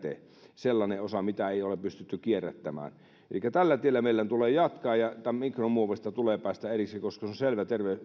sellainen osa mitä ei ole pystytty kierrättämään elikkä tällä tiellä meidän tulee jatkaa ja mikromuoveista tulee päästä eroon koska se on selvä